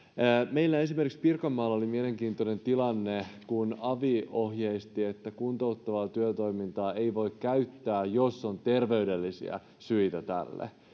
meillä esimerkiksi pirkanmaalla oli mielenkiintoinen tilanne kun avi ohjeisti että kuntouttavaa työtoimintaa ei voi käyttää jos on terveydellisiä syitä tälle